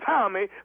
Tommy